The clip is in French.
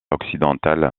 occidentale